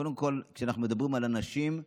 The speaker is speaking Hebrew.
קודם כול, כשאנחנו מדברים על הנשים,